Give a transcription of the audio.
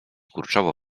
kurczowo